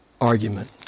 argument